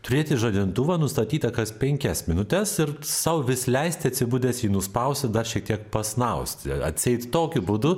turėti žadintuvą nustatytą kas penkias minutes ir sau vis leisti atsibudęs jį nuspausti dar šiek tiek pasnausti atseit tokiu būdu